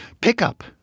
pickup